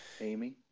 Amy